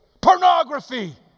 Pornography